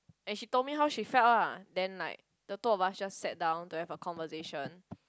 and she told me how she felt lah then like the two of us just sat down to have a conversation